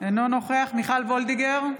אינו נוכח מיכל וולדיגר,